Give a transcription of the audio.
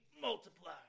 multiply